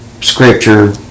scripture